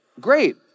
Great